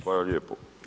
Hvala lijepo.